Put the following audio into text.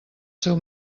seu